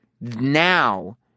now